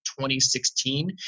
2016